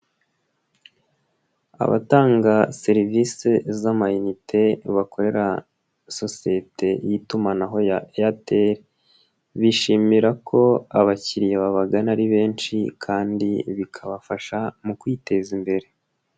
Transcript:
Abatanga serivise z'amagnite bakorera sosiyete y'itumanaho ya eyateri bishimira ko abakiriya babagana ari benshi kandi bikabafasha mu kwiteza imbere.